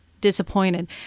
disappointed